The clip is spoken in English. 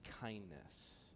kindness